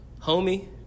homie